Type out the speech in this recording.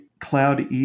cloud